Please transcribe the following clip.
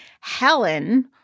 Helen